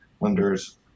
Lenders